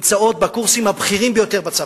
נמצאות בקורסים הבכירים ביותר בצבא.